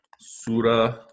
Surah